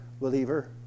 believer